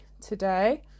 today